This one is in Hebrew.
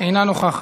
אינה נוכחת.